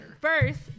First